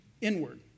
inward